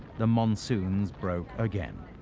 the monsoons broke again.